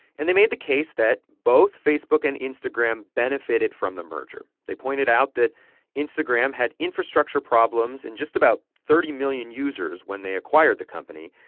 and they made the case that both facebook and instagram benefited from the merger. they pointed out that instagram had infrastructure problems and just about thirty million users when they acquired the company.